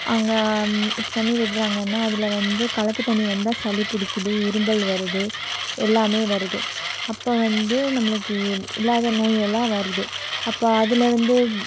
அங்கே தண்ணி விடுறாங்கனால் அதில் வந்து கலக்கு தண்ணி வந்தால் சளி பிடிக்கிறது இரும்பல் வருது எல்லாமே வருது அப்போ வந்து நம்மளுக்கு இல்லாத நோயெல்லாம் வருது அப்போ அதில் வந்து